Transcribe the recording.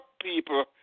people